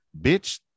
bitch